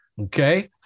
Okay